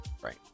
Right